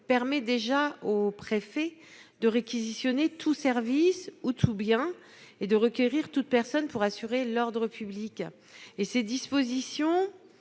permet déjà au préfet de réquisitionner tout service ou tout bien et de requérir toute personne pour assurer l'ordre public. Or ces dispositions